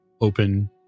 open